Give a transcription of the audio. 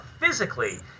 physically